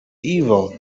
evil